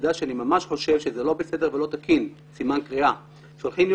תדע שאני ממש חושב שזה לא בסדר ולא תקין! שולחים לי